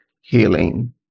healing